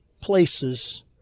places